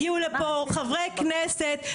הגיעו לפה חברי כנסת,